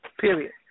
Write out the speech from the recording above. Period